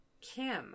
Kim